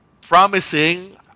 Promising